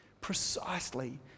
precisely